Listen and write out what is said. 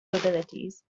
probabilities